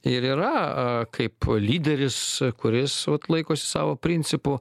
ir yra kaip lyderis kuris vat laikosi savo principų